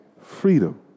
freedom